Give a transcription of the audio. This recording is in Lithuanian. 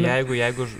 jeigu jeigu